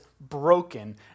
broken